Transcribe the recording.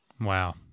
Wow